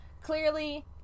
clearly